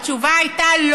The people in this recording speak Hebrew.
התשובה הייתה: